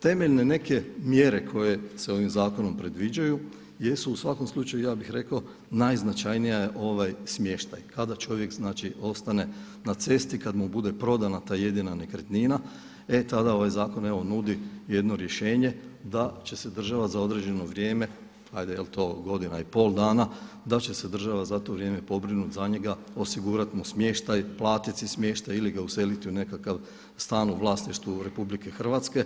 Temeljne neke mjere koje se ovim zakonom predviđaju jesu u svakom slučaju ja bih rekao najznačajnija je ovaj smještaj, kada čovjek znači ostane na cesti, kad mu bude prodana ta jedina nekretnina e tada ovaj zakon evo nudi jedno rješenje da će se država za određeno vrijeme, ajde jel' to godina i pol dana, da će se država za to vrijeme pobrinuti za njega, osigurati mu smještaj, platiti smještaj ili ga useliti u nekakav stan u vlasništvu Republike Hrvatske.